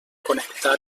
connectar